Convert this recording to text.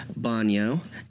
banyo